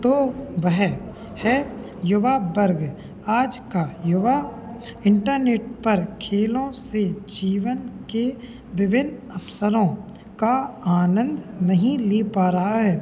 तो वह है युवा वर्ग आज का युवा इंटरनेट पर खेलों से जीवन के विभिन्न अवसरों का आनंद नहीं ले पा रहा है